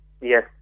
Yes